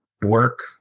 work